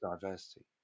diversity